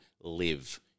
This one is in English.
live